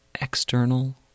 external